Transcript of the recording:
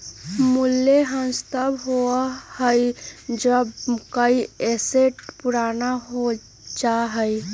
मूल्यह्रास तब होबा हई जब कोई एसेट पुराना हो जा हई